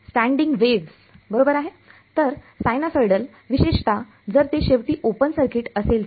standing waves बरोबर आहे तर सायनोसॉइडल विशेषत जर ते शेवटी ओपन सर्किट असेल तर